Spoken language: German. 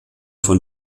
von